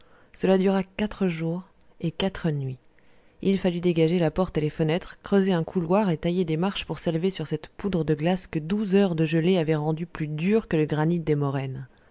cela dura quatre jours et quatre nuits il fallut dégager la porte et les fenêtres creuser un couloir et tailler des marches pour s'élever sur cette poudre de glace que douze heures de gelée avaient rendue plus dure que le granit des moraines